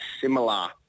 similar